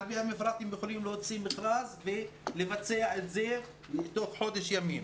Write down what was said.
על פי המפרט הם יכולים להוציא מכרז ולבצע את זה בתוך חודש ימים.